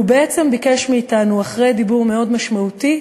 הוא בעצם ביקש מאתנו, אחרי דיבור מאוד משמעותי,